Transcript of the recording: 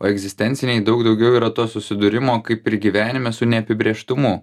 o egzistenciniai daug daugiau yra to susidūrimo kaip ir gyvenime su neapibrėžtumu